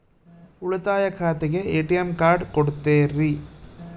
ಉಳಿತಾಯ ಖಾತೆಗೆ ATM card ಕೊಡ್ತೇರಿ?